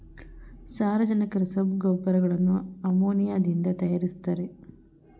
ಸಾರಜನಕ ರಸಗೊಬ್ಬರಗಳನ್ನು ಅಮೋನಿಯಾದಿಂದ ತರಯಾರಿಸ್ತರೆ